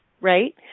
right